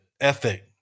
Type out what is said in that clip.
ethic